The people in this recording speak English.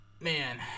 Man